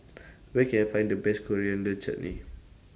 Where Can I Find The Best Coriander Chutney